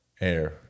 air